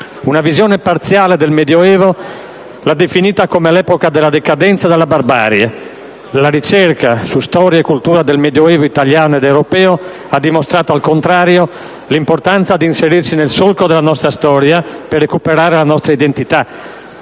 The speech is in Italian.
Una visione parziale del Medioevo l'ha definito come l'epoca della decadenza e delle barbarie. La ricerca su storia e cultura del Medioevo italiano ed europeo ha dimostrato al contrario l'importanza di inserirci nel solco della nostra storia, per recuperare la nostra identità: